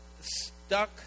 stuck